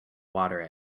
water